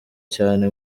cyane